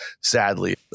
sadly